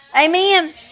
Amen